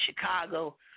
Chicago